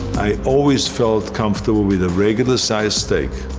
i always felt comfortable with a regular-sized steak.